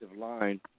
line